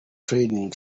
training